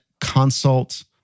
consult